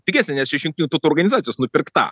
pigesnė nes čia iš jungtinių tautų organizacijos nupirkta